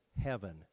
heaven